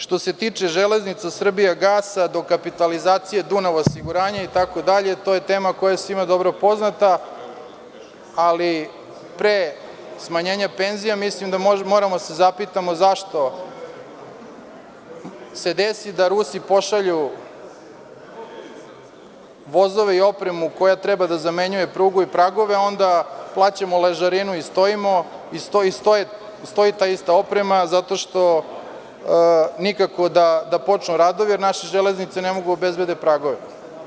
Što se tiče „Železnica“, „Srbijagasa“, dokapitalizacije „Dunav osiguranja“ itd, to je tema koja je svima poznata, ali pre smanjenja penzija mislim da moramo da se zapitamo zašto se desi da Rusi pošalju vozove i opremu koja treba da zamenjuje prugu i pragove, a onda plaćamo ležarinu i stojimo, stoji ta ista oprema, zato što nikako da počnu radovi, jer naše železnice ne mogu da obezbede pragove.